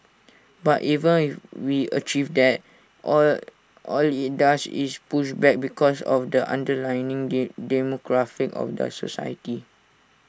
but even if we achieve that all all IT does is push back because of the underlying demographic of the society